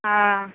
हँ